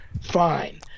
fine